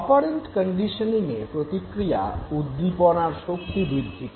operant কন্ডিশনিঙে প্রতিক্রিয়া উদ্দীপনার শক্তিবৃদ্ধি করে